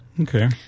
Okay